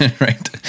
right